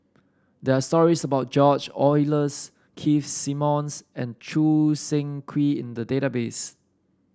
there are stories about George Oehlers Keith Simmons and Choo Seng Quee in the database